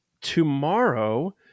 tomorrow